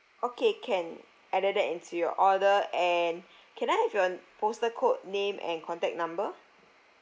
okay can added that into your order and can I have your postal code name and contact number